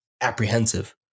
apprehensive